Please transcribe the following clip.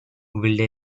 wilde